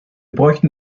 bräuchten